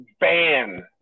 ban